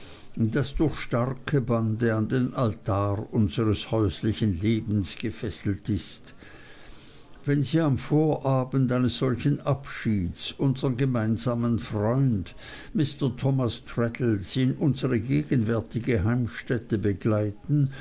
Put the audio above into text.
das durch starke bande an den altar unseres häuslichen lebens gefesselt ist wenn sie am vorabend eines solchen abschieds unseren gemeinsamen freund mr thomas traddles in unsere gegenwärtige heimstätte begleiten